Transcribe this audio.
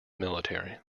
military